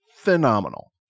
phenomenal